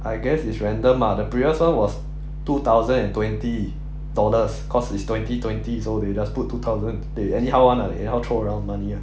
I guess it's random ah the previously [one] was two thousand and twenty dollars cause it's twenty twenty so they just put two thousand they anyhow [one] ah anyhow throw around money [one]